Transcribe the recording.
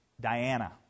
Diana